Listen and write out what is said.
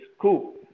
Cool